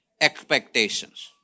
Expectations